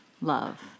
love